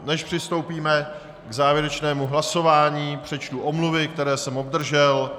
Než přistoupíme k závěrečnému hlasování, přečtu omluvy, které jsem obdržel.